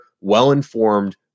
well-informed